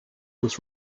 was